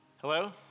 Hello